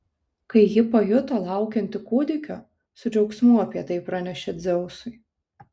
kai ji pajuto laukianti kūdikio su džiaugsmu apie tai pranešė dzeusui